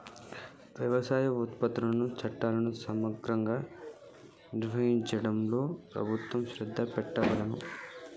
వ్యవసాయ ఉత్పత్తుల చట్టాలు సమగ్రంగా నిర్వహించడంలో ప్రభుత్వం శ్రద్ధ పెట్టాలె